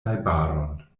najbaron